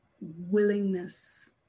willingness